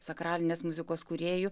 sakralinės muzikos kūrėjų